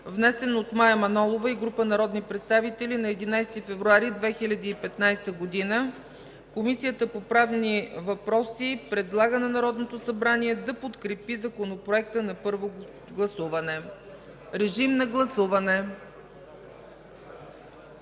внесен от Мая Манолова и група народни представители на 11 февруари 2015 г. Комисията по правни въпроси предлага на Народното събрание да подкрепи Законопроекта на първо гласуване. Режим на гласуване.